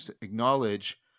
acknowledge